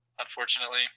unfortunately